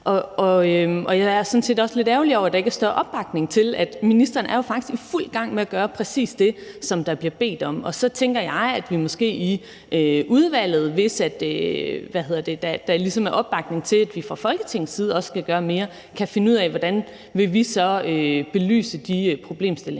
Og jeg er sådan set også lidt ærgerlig over, at der ikke er større opbakning til, at ministeren faktisk er i fuld gang med at gøre præcis det, som der bliver bedt om. Og så tænker jeg, at vi måske i udvalget – hvis der ligesom er opbakning til, at vi fra Folketingets side skal gøre mere – kan finde ud af, hvordan vi så vil belyse de problemstillinger,